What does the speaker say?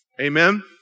Amen